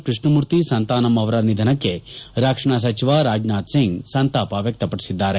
ಕೃಷ್ಣಮೂರ್ತಿ ಸಂತಾನಮ್ ಅವರ ನಿಧನಕ್ಕೆ ರಕ್ಷಣಾ ಸಚಿವ ರಾಜನಾಥ್ಸಿಂಗ್ ಸಂತಾಪ ವ್ಯಕ್ತಪಡಿಸಿದ್ದಾರೆ